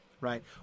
right